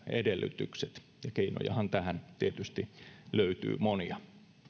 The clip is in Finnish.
ja keinojahan tähän tietysti löytyy monia